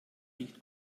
riecht